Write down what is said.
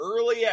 early